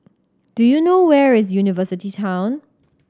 do you know where is University Town